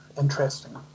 interesting